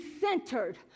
centered